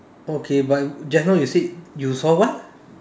okay but just now you said you saw what